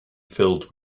filled